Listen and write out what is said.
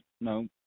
No